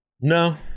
No